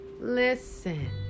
Listen